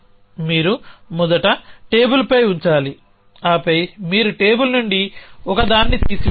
మీరు మొదట టేబుల్పై ఉంచాలి ఆపై మీరు టేబుల్ నుండి ఒకదాన్ని తీయాలి